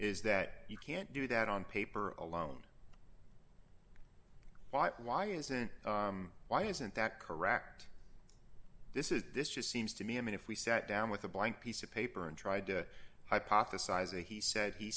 is that he can't do that on paper alone why isn't why isn't that correct this is this just seems to me i mean if we sat down with a blank piece of paper and tried to hypothesize a he said he